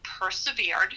persevered